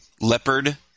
leopard